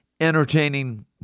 entertaining